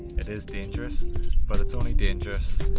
it is dangerous but it's only dangerous